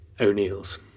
O'Neills